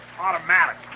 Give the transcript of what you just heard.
automatic